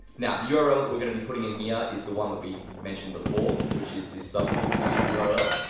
now, the yeah url that we're gonna be putting in here is the one that we mentioned before, which is the sub confirmation yeah url.